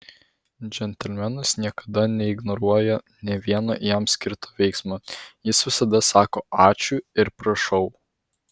džentelmenas niekada neignoruoja nė vieno jam skirto veiksmo jis visada sako ačiū ir prašau